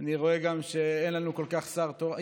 אני רואה שאין לנו כל כך שר תורן,